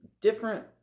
different